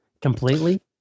completely